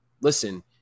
listen